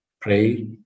pray